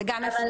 זה גם אפשרות.